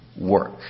work